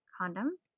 condom